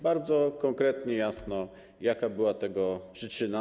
Bardzo konkretnie, jasno: Jaka była tego przyczyna?